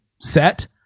set